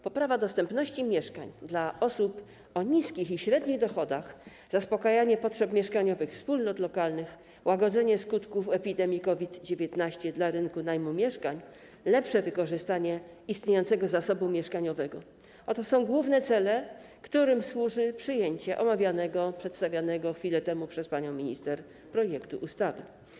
Poprawa dostępności mieszkań dla osób o niskich i średnich dochodach, zaspokajanie potrzeb mieszkaniowych wspólnot lokalnych, łagodzenie skutków epidemii COVID-19 na rynku najmu mieszkań, lepsze wykorzystanie istniejącego zasobu mieszkaniowego to główne cele, którym służy przyjęcie omawianego, przedstawionego chwilę temu przez panią minister projektu ustawy.